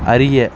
அறிய